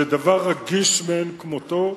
זה דבר רגיש מאין כמותו,